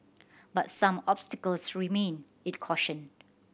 but some obstacles remain it cautioned